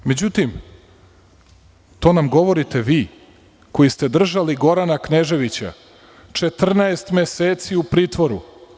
Međutim, to nam govorite vi koji ste držali Gorana Kneževića 14 meseci u pritvoru.